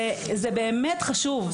זה באמת חשוב,